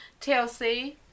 TLC